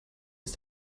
ist